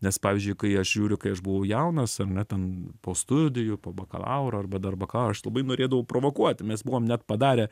nes pavyzdžiui kai aš žiūriu kai aš buvau jaunas ar ne ten po studijų po bakalauro arba dar bakalaure aš labai norėdavau provokuoti mes buvom net padarę